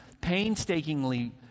painstakingly